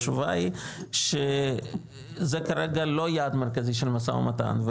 התשובה היא שזה כרגע לא יעד מרכזי של המשא ומתן,